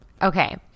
Okay